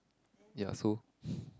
ya so